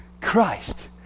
Christ